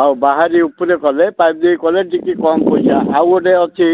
ଆଉ ବାହାରି ଉପରେ କଲେ ପାଇପ୍ ଦେଇକି କଲେ ଟିକେ କମ୍ ପଇସା ଆଉ ଗୋଟେ ଅଛି